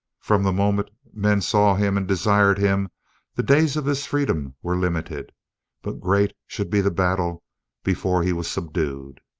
from the moment men saw him and desired him the days of his freedom were limited but great should be the battle before he was subdued!